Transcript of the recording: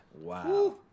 Wow